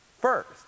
first